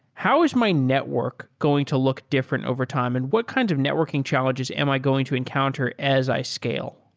how is my network going to look different overtime and what kinds of networking challenges am i going to encounter as i scale?